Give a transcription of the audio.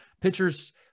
pitchers –